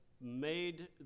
made